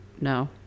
No